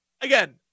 again